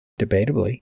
Debatably